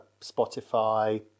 spotify